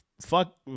fuck